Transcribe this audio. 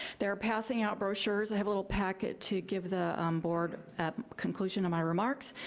they're passing out brochures. i have a little packet to give the board, at conclusion of my remarks,